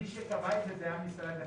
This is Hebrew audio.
מי שקבע את זה, זה היה משרד הבריאות.